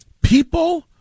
People